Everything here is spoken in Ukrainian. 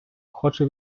хоче